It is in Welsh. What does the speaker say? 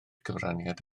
cyfraniad